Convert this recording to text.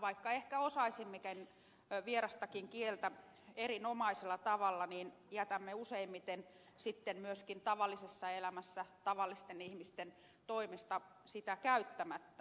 vaikka ehkä osaisimmekin vierastakin kieltä erinomaisella tavalla niin jätämme useimmiten myöskin tavallisessa elämässä tavallisten ihmisten toimesta sitä käyttämättä